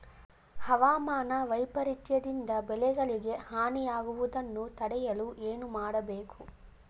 ಹವಾಮಾನ ವೈಪರಿತ್ಯ ದಿಂದ ಬೆಳೆಗಳಿಗೆ ಹಾನಿ ಯಾಗುವುದನ್ನು ತಡೆಯಲು ಏನು ಮಾಡಬೇಕು?